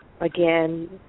again